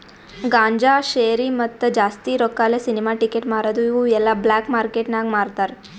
ಗಾಂಜಾ, ಶೇರಿ, ಮತ್ತ ಜಾಸ್ತಿ ರೊಕ್ಕಾಲೆ ಸಿನಿಮಾ ಟಿಕೆಟ್ ಮಾರದು ಇವು ಎಲ್ಲಾ ಬ್ಲ್ಯಾಕ್ ಮಾರ್ಕೇಟ್ ನಾಗ್ ಮಾರ್ತಾರ್